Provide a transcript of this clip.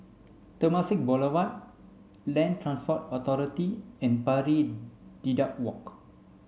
Temasek Boulevard Land Transport Authority and Pari Dedap Walk